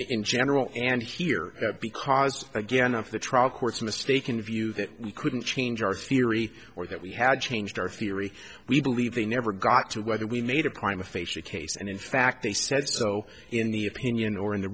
in general and here because again if the trial court's mistaken view that we couldn't change our theory or that we had changed our theory we believe they never got to whether we made a prime aphasia case and in fact they said so in the opinion or in the